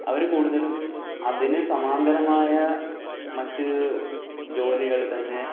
അവർ കൂടുതലും അതിനു സമാന്തരമായ മറ്റ് ജോലികൾ തന്നെ